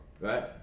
right